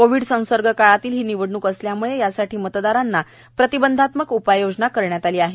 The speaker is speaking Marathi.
कोविड संसर्ग काळातील ही निवडणूक असल्याम्ळे यासाठी मतदारांसाठी प्रतिबंधात्मक उपाययोजना करण्यात आली आहे